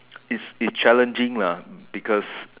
it's it challenging lah because